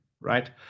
right